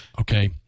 okay